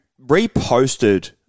reposted